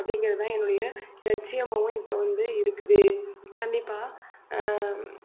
அப்படிங்குறது தான் என்னுடைய லட்சியமாகவும் இப்போ வந்து இருக்குது கண்டிப்பாக